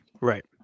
Right